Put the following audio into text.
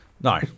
No